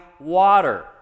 water